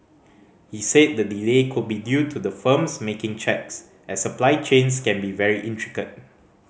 he said the delay could be due to the firms making checks as supply chains can be very intricate